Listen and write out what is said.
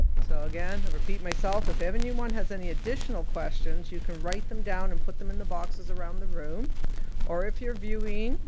so, again, i repeat myself, if anyone has any additional questions, you can write them down and put them in the boxes around the room or if you're viewing,